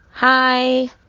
Hi